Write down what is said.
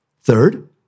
Third